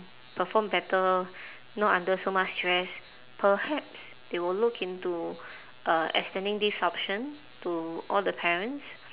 perform better not under so much stress perhaps they will look into uh extending this option to all the parents